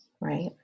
right